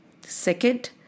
Second